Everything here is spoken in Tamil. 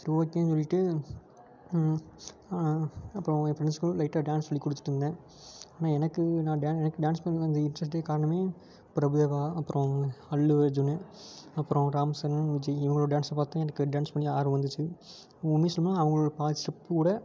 சரி ஓகேன்னு சொல்லிவிட்டு அப்பறம் என் ஃப்ரெண்ட்ஸுக்கும் லைட்டாக டேன்ஸ் சொல்லி கொடுத்துட்ருந்தேன் ஆனால் எனக்கு நான் டே எனக்கு டேன்ஸ் பண்ணி வந்த இன்ட்ரெஸ்ட்டுக்கு காரணமே பிரபு தேவா அப்பறம் அல்லு அர்ஜுனு அப்பறம் ராம் சரண் விஜய் இவங்களோட டேன்ஸை பார்த்து எனக்கு டேன்ஸ் பண்ணி ஆர்வம் வந்துச்சு உண்மையை சொல்லணுன்னா அவங்களோட பாதி ஸ்டெப்பு கூட